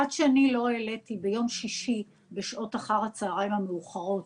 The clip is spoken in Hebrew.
עד שאני לא העליתי ביום שישי בשעות אחר הצהריים המאוחרות